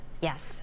Yes